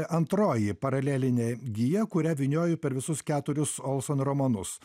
antroji paralelinė gija kurią vynioju per visus keturis olson romanus